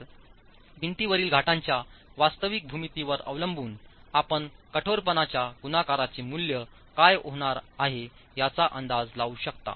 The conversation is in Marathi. तर भिंतीवरील घाटांच्या वास्तविक भूमितीवर अवलंबून आपण कठोरपणाच्या गुणाकाराचे मूल्य काय होणार आहे याचा अंदाज लावू शकता